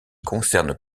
concernent